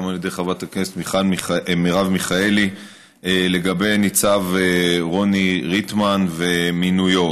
על ידי מרב מיכאלי לגבי ניצב רוני ריטמן ומינויו.